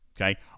okay